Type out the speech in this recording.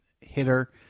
hitter